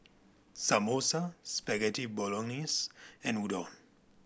Samosa Spaghetti Bolognese and Udon